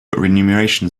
renumeration